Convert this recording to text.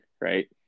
right